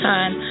Time